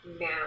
now